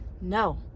no